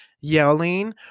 yelling